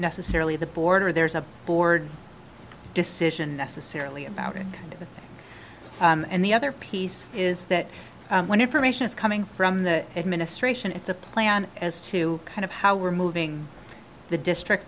necessarily the border there's a board decision necessarily about it and the other piece is that when information is coming from the administration it's a plan as to kind of how we're moving the district